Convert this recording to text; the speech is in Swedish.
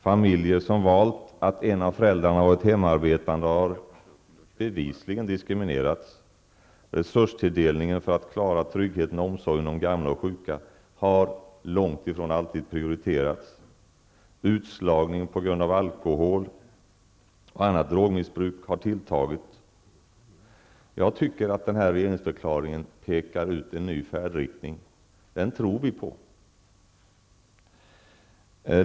Familjer där en av föräldrarna har varit hemarbetande har bevisligen diskriminerats. Resurstilldelningen för att klara tryggheten för och omsorgen om gamla och sjuka har långt ifrån alltid prioriterats. Utslagningen på grund av alkohol och annat drogmissbruk har tilltagit. Jag tycker att denna regeringsförklaring pekar ut en ny färdriktning, och den tror vi på.